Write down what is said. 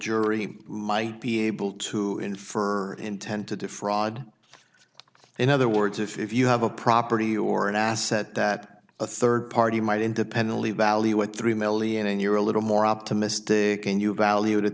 jury might be able to infer intent to defraud in other words if you have a property or an asset that a third party might independently value at three million and you're a little more optimistic and you valued at